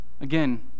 Again